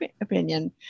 opinion